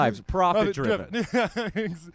Profit-driven